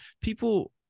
people